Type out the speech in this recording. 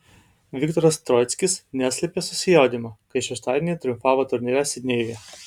viktoras troickis neslėpė susijaudinimo kai šeštadienį triumfavo turnyre sidnėjuje